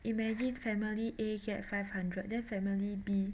imagine family A get five hundred then family B